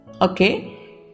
Okay